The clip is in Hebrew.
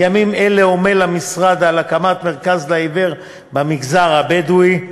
בימים אלו עמל המשרד על הקמת מרכז לעיוור במגזר הבדואי.